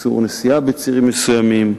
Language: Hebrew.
איסור נסיעה בצירים מסוימים,